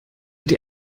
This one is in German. dir